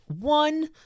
One